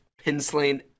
pin-slaying